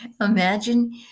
Imagine